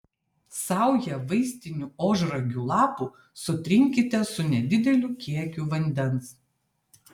saują vaistinių ožragių lapų sutrinkite su nedideliu kiekiu vandens